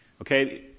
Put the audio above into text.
okay